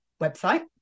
website